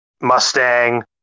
Mustang